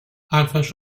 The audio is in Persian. حرفش